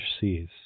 seas